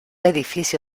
edificio